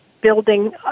building